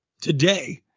today